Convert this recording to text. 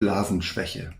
blasenschwäche